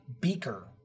beaker